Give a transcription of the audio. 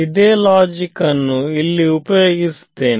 ಇದೇ ಲಾಜಿಕ್ ಅನ್ನು ಇಲ್ಲಿ ಉಪಯೋಗಿಸುತ್ತೇನೆ